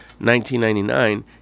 $19.99